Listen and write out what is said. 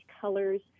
colors